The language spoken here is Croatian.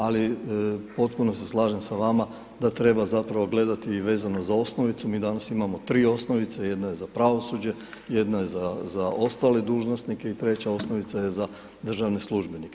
Ali, postupno se slažem s vama da treba zapravo gledati vezano uz osnovicu, mi danas imamo 3 osnovice, jedna je za pravosuđe, jedna je za ostale dužnosnike i treća osnovica je za državne službenike.